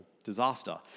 disaster